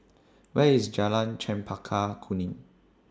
Where IS Jalan Chempaka Kuning